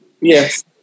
Yes